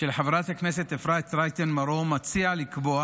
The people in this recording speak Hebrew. של חברת הכנסת אפרת רייטן מרום, מציע לקבוע